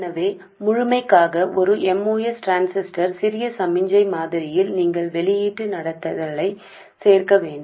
எனவே முழுமைக்காக ஒரு MOS டிரான்சிஸ்டர் சிறிய சமிக்ஞை மாதிரியில் நீங்கள் வெளியீட்டு நடத்துதலைச் சேர்க்க வேண்டும்